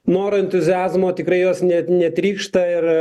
noro entuziazmo tikrai jos net netrykšta ir